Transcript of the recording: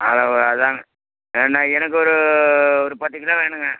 அது அதான்ங்க ஏன்னா எனக்கு ஒரு ஒரு பத்து கிலோ வேணும்ங்க